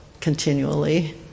Continually